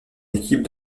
équipe